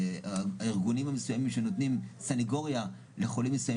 הייתי רוצה לראות בחוק עד כמה שניסינו יותר העדפה לפריפריה,